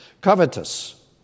Covetous